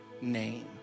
name